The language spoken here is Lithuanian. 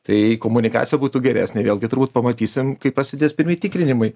tai komunikacija būtų geresnė vėlgi turbūt pamatysim kai prasidės pirmi tikrinimai